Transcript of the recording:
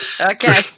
okay